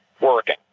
working